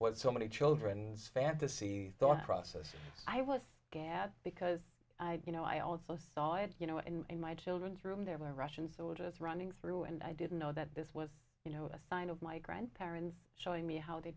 what so many children's fantasy thought process i was gad because you know i also saw it you know and in my children's room there were russian soldiers running through and i didn't know that this was you know the sign of my grandparents showing me how they